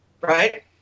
Right